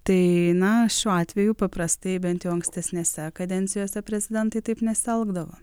tai na šiuo atveju paprastai bent jau ankstesnėse kadencijose prezidentai taip nesielgdavo